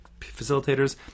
facilitators